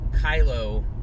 Kylo